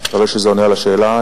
יש תוכנית להרחבת שטח